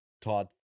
Todd